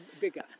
bigger